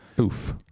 Oof